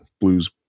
blues